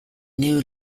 new